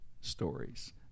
stories